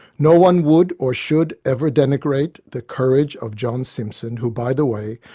no one would or should ever denigrate the courage of john simpson, who, by the way,